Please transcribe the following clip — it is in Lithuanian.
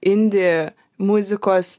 indi muzikos